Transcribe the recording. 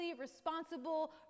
responsible